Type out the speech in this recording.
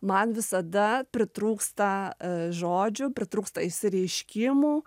man visada pritrūksta žodžių pritrūksta išsireiškimų